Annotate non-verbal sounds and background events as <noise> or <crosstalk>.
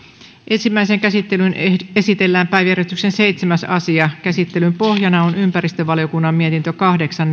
ensimmäiseen käsittelyyn esitellään päiväjärjestyksen seitsemäs asia käsittelyn pohjana on ympäristövaliokunnan mietintö kahdeksan <unintelligible>